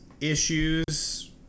issues